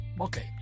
okay